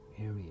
area